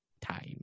time